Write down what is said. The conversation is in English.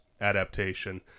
adaptation